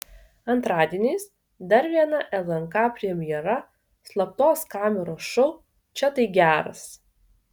antradieniais dar viena lnk premjera slaptos kameros šou čia tai geras